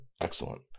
excellent